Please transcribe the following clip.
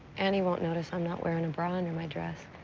and he won't notice i'm not wearing a bra under my dress.